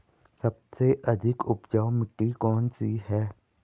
सबसे अधिक उपजाऊ मिट्टी कौन सी है?